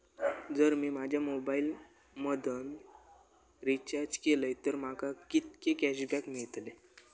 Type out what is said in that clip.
जर मी माझ्या मोबाईल मधन रिचार्ज केलय तर माका कितके कॅशबॅक मेळतले?